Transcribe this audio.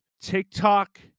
TikTok